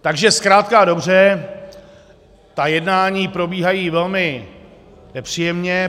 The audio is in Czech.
Takže zkrátka a dobře, ta jednání probíhají velmi nepříjemně.